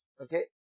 Okay